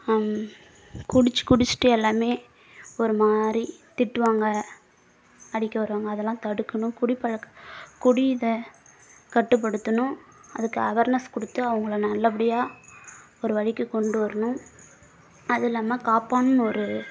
குடித்து குடித்துட்டு எல்லோருமே ஒரு மாதிரி திட்டுவாங்க அடிக்க வருவாங்க அதெல்லாம் தடுக்கணும் குடிப்பழக்க குடி இதை கட்டுப்படுத்தணும் அதுக்கு அவேர்னஸ் கொடுத்து அவங்கள நல்லபடியா ஒரு வழிக்குக் கொண்டு வரணும் அதுவும் இல்லாமல் காப்பான்னு ஒரு